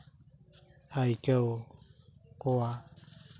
ᱟᱹᱭᱠᱟᱹᱣ ᱠᱚᱣᱟ